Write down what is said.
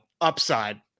upside